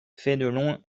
fénelon